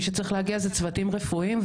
מי שצירך להגיע זה צוותים רפואיים,